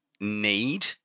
need